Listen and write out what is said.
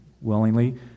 willingly